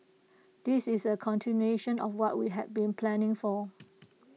this is A continuation of what we had been planning for